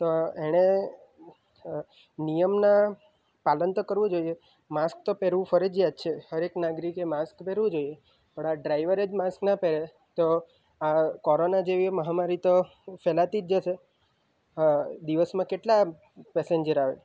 તો એને નિયમના પાલન તો કરવું જોઈએ માસ્ક તો પહેરવું ફરજિયાત છે હરેક નાગરિકે માસ્ક પહેરવું જોઈએ પણ આ ડ્રાઈવરે જ માસ્ક ના પહેરે તો આ કોરોના જેવી મહામારી તો ફેલાતી જ જશે દિવસમાં કેટલા પેસેન્જર આવે